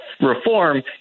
reform